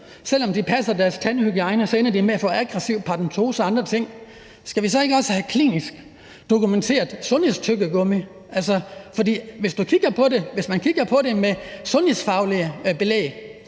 selv om de sørger for deres tandhygiejne, ender med at få aggressiv paradentose og andre ting. Skal vi så ikke også have gratis og klinisk dokumenteret sundhedstyggegummi? Hvis man kigger på det med sundhedsfaglige briller,